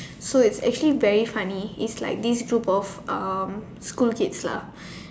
so it's actually very funny it's like this group of um school kids lah